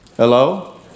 Hello